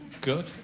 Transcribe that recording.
Good